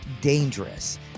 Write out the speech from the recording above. Dangerous